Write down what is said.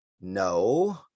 No